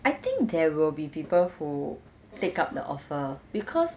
I think there will be people who take up the offer because